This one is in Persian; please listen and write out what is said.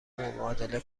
مبادله